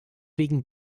wegen